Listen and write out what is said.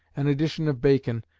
an edition of bacon,